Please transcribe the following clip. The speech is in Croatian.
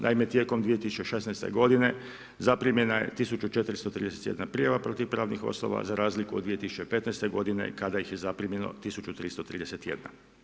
Naime tijekom 2016. godine zaprimljeno je 1431 prijava protiv pravnih osoba, za razliku od 2015. godine kada ih je zaprimljeno 1331.